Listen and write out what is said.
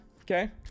Okay